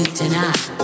tonight